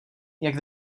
jak